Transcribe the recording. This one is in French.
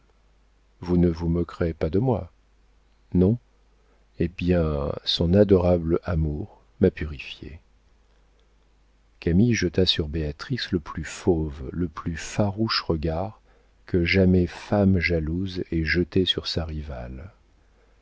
vous ne vous moquerez pas de moi non eh bien son adorable amour m'a purifiée camille jeta sur béatrix le plus fauve le plus farouche regard que jamais femme jalouse ait jeté sur sa rivale